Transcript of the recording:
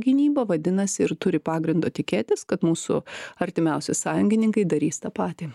gynyba vadinasi ir turi pagrindo tikėtis kad mūsų artimiausi sąjungininkai darys tą patį